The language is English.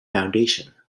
foundation